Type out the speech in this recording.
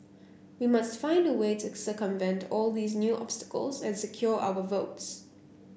we must find a way to circumvent all these new obstacles and secure our votes